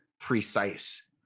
precise